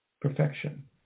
perfection